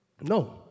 No